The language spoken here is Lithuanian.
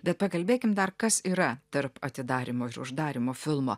bet pakalbėkim dar kas yra tarp atidarymo ir uždarymo filmo